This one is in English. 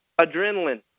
Adrenaline